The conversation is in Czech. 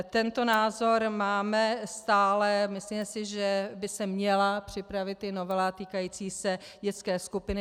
Tento názor máme stále, myslíme si, že by se měla připravit i novela týkající se dětské skupiny.